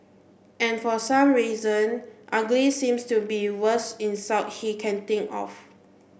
and for some reason ugly seems to be worst insult he can think of